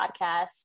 podcast